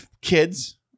kids